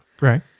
Right